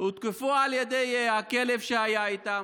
הותקפו על ידי הכלב שהיה איתם,